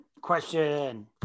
question